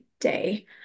day